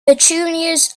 petunias